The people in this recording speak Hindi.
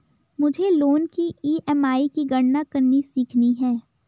मुझे लोन की ई.एम.आई की गणना करनी सीखनी है